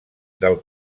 del